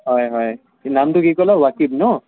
হয় হয় নামটো কি ক'লা ৱাকীব ন'